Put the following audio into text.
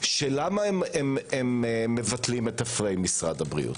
למה הם מבטלים את הפריים, משרד הבריאות